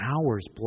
hours